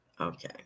Okay